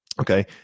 Okay